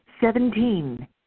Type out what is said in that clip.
Seventeen